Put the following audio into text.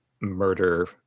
murder